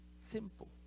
Simple